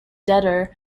debtor